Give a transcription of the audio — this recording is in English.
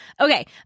Okay